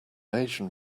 asian